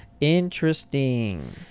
Interesting